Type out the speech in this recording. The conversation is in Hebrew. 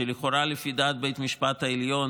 שלכאורה לפי דעת בית המשפט העליון